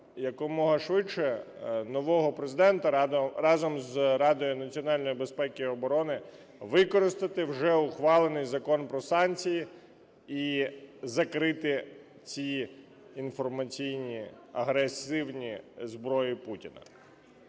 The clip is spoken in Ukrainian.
якомога швидше нового Президента разом з Радою національної безпеки і оборони використати вже ухвалений Закон "Про санкції" і закрити ці інформаційні агресивні… зброю Путіна.